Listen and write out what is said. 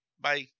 bye